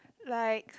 like